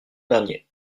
dernier